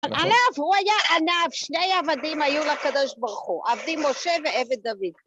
עניו, הוא היה עניו, שני עבדים היו לקדוש ברוך הוא, עבדי משה ועבד דוד.